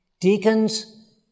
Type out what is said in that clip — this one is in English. Deacons